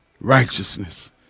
righteousness